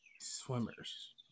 swimmers